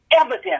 evidence